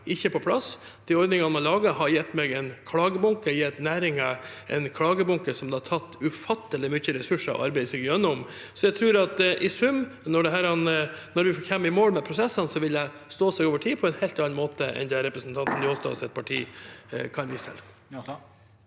De ordningene man lagde, har gitt meg en klagebunke, har gitt næringen en klagebunke, som det har tatt ufattelig mye ressurser å arbeide seg gjennom. Jeg tror at i sum, når vi kommer i mål med prosessene, vil det stå seg over tid på en helt annen måte enn det representanten Njåstads parti kan vise til.